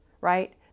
right